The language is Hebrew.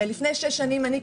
הרי לפני שש שנים אני,